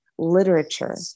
literature